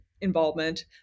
involvement